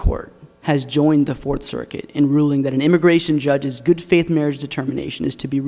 court has joined the fourth circuit in ruling that an immigration judge is good faith marriage determination has to be